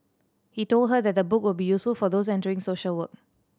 he told her that the book will be useful for those entering social work